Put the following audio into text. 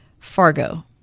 Fargo